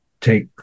take